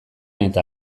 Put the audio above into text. eta